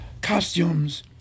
costumes